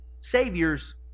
saviors